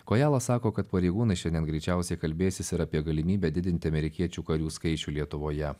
kojala sako kad pareigūnai šiandien greičiausiai kalbėsis ir apie galimybę didinti amerikiečių karių skaičių lietuvoje